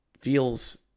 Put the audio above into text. feels